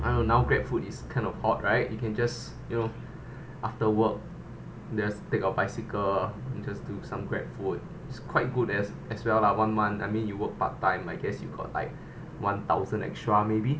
I know now grab food is kind of hot right you can just you know after work just take your bicycle you just do some grab food is quite good as as well lah one month I mean you work part time I guess you got like one thousand extra maybe